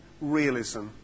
realism